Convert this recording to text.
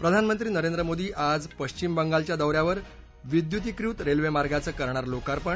प्रधानमंत्री नरेंद्र मोदी आज पश्चिम बंगालच्या दौ यावर दुर्गापूरला भेट देणार विद्युतीकृत रेल्वेमार्गाचं करणार लोकार्पण